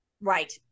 Right